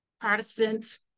Protestant